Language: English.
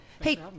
Hey